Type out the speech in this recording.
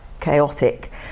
chaotic